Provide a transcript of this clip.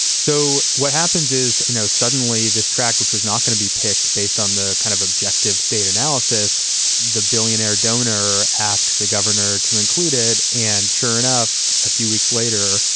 so what happens is, you know, suddenly this track, which is not going to be picked based on the kind of objective state analysis the billionaire donor asks the governor to included. and sure enough, a few weeks later,